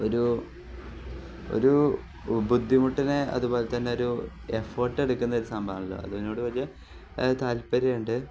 ഒരു ഒരു ബുദ്ധിമുട്ടിനെ അതുപോലെ തന്നെ ഒരു എഫേർട്ട് എടുക്കുന്ന ഒരു സംഭവമാണല്ലോ അതിനോട് വലിയ താല്പര്യമുണ്ട്